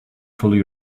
follow